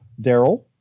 Daryl